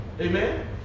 Amen